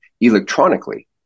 electronically